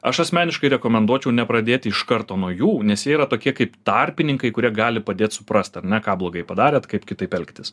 aš asmeniškai rekomenduočiau nepradėti iš karto nuo jų nes jie yra tokie kaip tarpininkai kurie gali padėt suprast ar ne ką blogai padarėt kaip kitaip elgtis